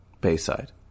Bayside